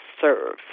serve